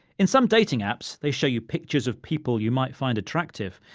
in some dating apps, they show you pictures of people you might find attractive.